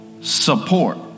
support